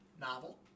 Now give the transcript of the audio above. Novel